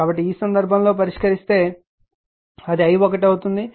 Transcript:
కాబట్టి ఈ సందర్భంలో పరిష్కరిస్తే అది i1 అవుతుంది